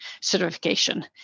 certification